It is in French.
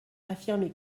affirmer